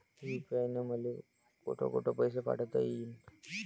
UPI न मले कोठ कोठ पैसे पाठवता येईन?